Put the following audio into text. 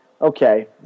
okay